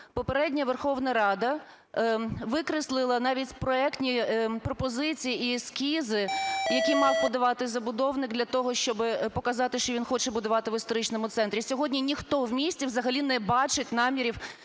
попередня Верховна Рада викреслила навіть проектні пропозиції і ескізи, які мав подавати забудовник для того, щоби показати, що він хоче будувати в історичному центрі. Сьогодні ніхто в місті взагалі не бачить намірів